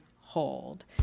hold